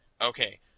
Okay